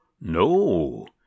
No